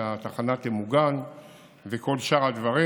התחנה תמוגן וכל שאר הדברים.